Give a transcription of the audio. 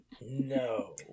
No